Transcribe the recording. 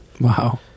Wow